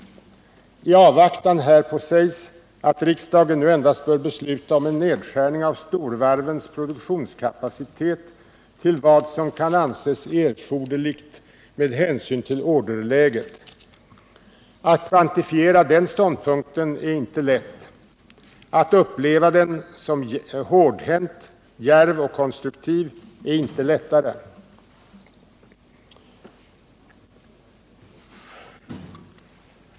I avvaktan härpå sägs att riksdagen nu endast bör besluta om en nedskärning av storvarvens produktionskapacitet till vad som kan anses erforderligt med hänsyn till orderläget. Att kvantifiera denna ståndpunkt är inte lätt. Att uppleva den som hårdhänt, djärv och konstruktiv är inte lättare.